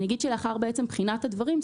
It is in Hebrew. אני אומר שלאחר בחינת הדברים,